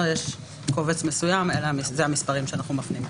יש קובץ מסוים, ואלה המספרים שאנחנו מפנים אליהם.